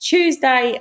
Tuesday